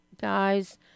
guys